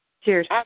Cheers